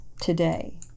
today